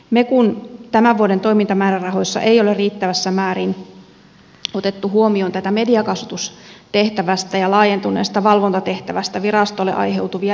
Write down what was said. mekun tämän vuoden toimintamäärärahoissa ei ole riittävässä määrin otettu huomioon mediakasvatustehtävästä ja laajentuneesta valvontatehtävästä virastolle aiheutuvia lisäkustannuksia